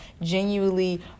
genuinely